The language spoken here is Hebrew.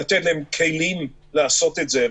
לתת להם כלים לעשות את זה,